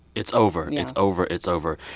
it's over yeah it's over. it's over.